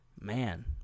man